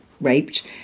raped